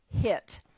hit